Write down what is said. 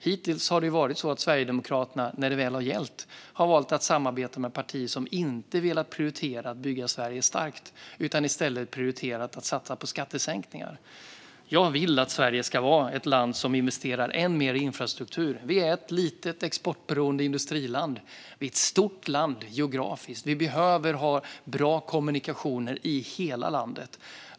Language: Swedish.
Hittills har det varit så att Sverigedemokraterna, när det väl har gällt, valt att samarbeta med partier som inte velat prioritera att bygga Sverige starkt utan i stället prioriterat att satsa på skattesänkningar. Jag vill att Sverige ska vara ett land som investerar än mer i infrastruktur. Vi är ett litet exportberoende industriland, men vi är ett stort land geografiskt, och vi behöver ha bra kommunikationer i hela landet.